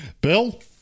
Bill